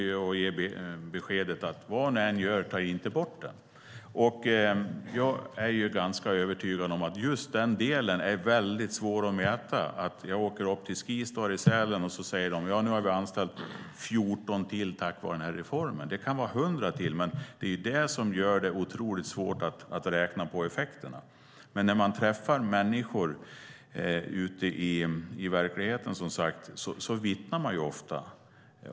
De ger alltså beskedet att vad vi än gör ska vi inte ta bort den. Jag är ganska övertygad om att just detta är mycket svårt att mäta. Om man åker upp till Skistar i Sälen säger de kanske att de har anställt 14 till tack vare denna reform. Det kan vara 100 till. Men det är otroligt svårt att räkna på effekterna. Men när man träffar människor ute i verkligheten vittnar de ofta om detta.